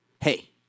hey